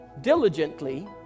diligently